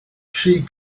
she